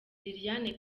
liliane